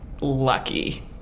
lucky